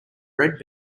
red